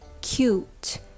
cute